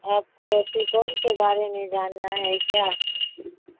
آپ کو سپول کے بارے میں جاننا ہے کیا